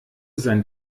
sein